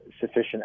sufficient